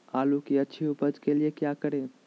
आलू की अच्छी उपज के लिए क्या करें?